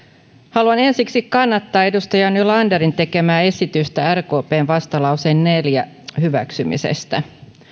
haluan ensiksi kannattaa edustaja nylanderin tekemää esitystä rkpn vastalauseen neljästä hyväksymisestä